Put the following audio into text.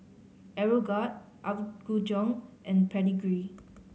Aeroguard Apgujeong and Pedigree